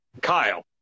Kyle